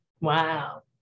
Wow